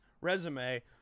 resume